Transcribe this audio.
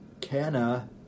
Kenna